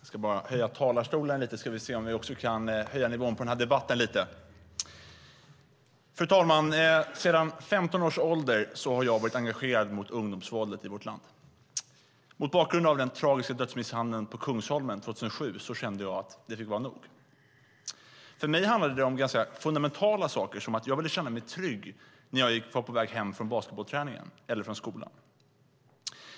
Fru talman! Jag ska höja talarstolen och också se om jag kan höja debatten lite. Fru talman! Sedan femton års ålder har jag varit engagerad mot ungdomsvåldet i vårt land. Mot bakgrund av den tragiska dödsmisshandeln på Kungsholmen 2007 kände jag att det fick vara nog. För mig handlade det om ganska fundamentala saker som att jag ville känna mig trygg när jag var på väg hem från basketbollträningen eller från skolan.